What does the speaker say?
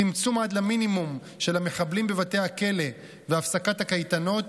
צמצום עד למינימום של המחבלים בבתי הכלא והפסקת הקייטנות,